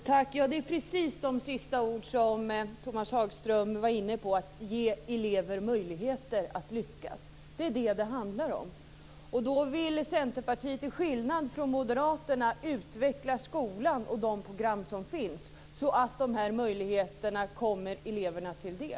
Fru talman! Det är precis det Tomas Högström sist var inne på som det hela handlar om, nämligen att ge elever möjligheter att lyckas. Då vill Centerpartiet, till skillnad från Moderaterna, utveckla skolan och de program som finns, så att möjligheterna kommer eleverna till del.